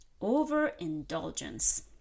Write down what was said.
overindulgence